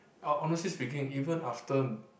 uh honestly speaking even after